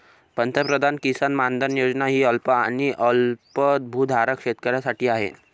पंतप्रधान किसान मानधन योजना ही अल्प आणि अल्पभूधारक शेतकऱ्यांसाठी आहे